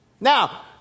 now